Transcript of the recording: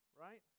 right